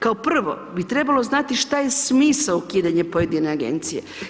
Kao prvo bi trebalo znati šta je smisao ukidanja pojedine agencije.